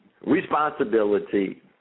responsibility